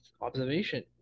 observation